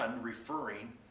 referring